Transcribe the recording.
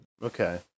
Okay